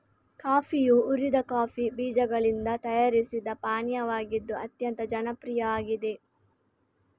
ಕಾಫಿಯು ಹುರಿದ ಕಾಫಿ ಬೀಜಗಳಿಂದ ತಯಾರಿಸಿದ ಪಾನೀಯವಾಗಿದ್ದು ಅತ್ಯಂತ ಜನಪ್ರಿಯ ಆಗಿದೆ